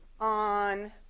on